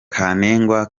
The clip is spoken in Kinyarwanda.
kantengwa